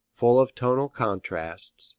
full of tonal contrasts,